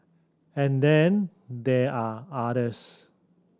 and then there are others